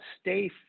stay